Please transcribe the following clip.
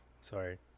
sorry